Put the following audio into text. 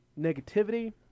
negativity